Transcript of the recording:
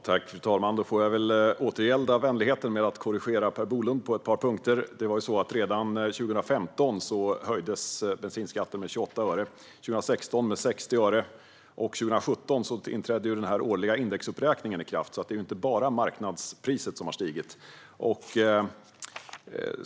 Fru talman! Då får jag väl återgälda vänligheten med att korrigera Per Bolund på ett par punkter. Redan 2015 höjdes bensinskatten med 28 öre. År 2016 höjdes den med 60 öre. Och 2017 trädde den årliga indexuppräkningen i kraft. Det är alltså inte bara marknadspriset som har stigit.